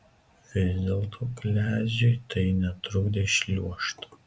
vis dėlto kleziui tai netrukdė šliuožt